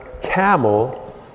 camel